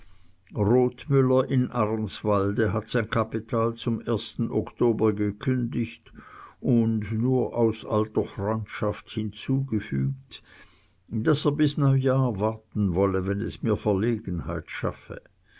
rothmüller in arnswalde hat sein kapital zum oktober gekündigt und nur aus alter freundschaft hinzugefügt daß er bis neujahr warten wolle wenn es mir eine verlegenheit schaffe